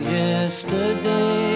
yesterday